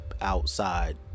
outside